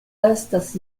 estas